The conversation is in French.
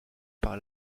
par